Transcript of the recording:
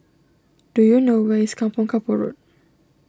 do you know where is Kampong Kapor Road